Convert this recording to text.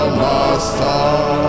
master